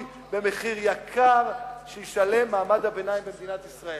במחיר יקר שישלם מעמד הביניים במדינת ישראל.